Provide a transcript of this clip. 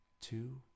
two